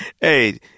hey